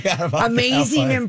Amazing